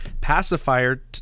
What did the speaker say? pacifier